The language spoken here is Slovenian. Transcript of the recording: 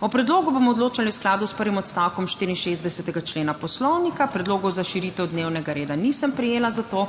O predlogu bomo odločali v skladu s prvim odstavkom 64. člena Poslovnika. Predlogov za širitev dnevnega reda nisem prejela, zato